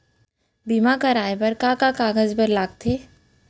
बीमा कराय बर काखर कागज बर लगथे?